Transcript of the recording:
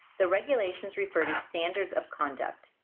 the regulations refer to standards of conduct.